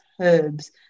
herbs